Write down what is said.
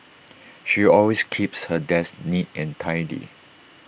she always keeps her desk neat and tidy